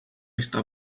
está